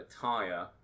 tire